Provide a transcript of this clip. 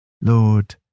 Lord